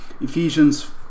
Ephesians